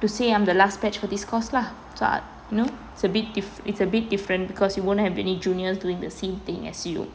to say I'm the last batch for this course lah so ah you know it's a bit diff~ it's a bit different because you won't have any juniors doing the same thing as you